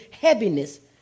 heaviness